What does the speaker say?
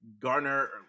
garner